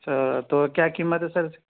سر تو کیا قیمت ہے سر اس کی